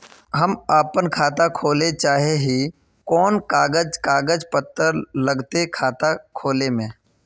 हम अपन खाता खोले चाहे ही कोन कागज कागज पत्तार लगते खाता खोले में?